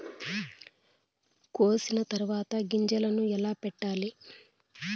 కోసిన తర్వాత గింజలను ఎలా పెట్టాలి